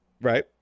right